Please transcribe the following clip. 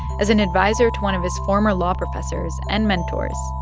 as an adviser to one of his former law professors and mentors,